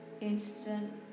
Instant